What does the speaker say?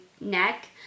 neck